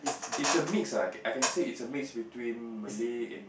it's a mix ah I I can say it's a mix between Malay and